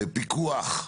פיקוח,